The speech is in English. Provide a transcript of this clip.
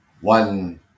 One